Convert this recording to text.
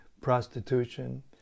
prostitution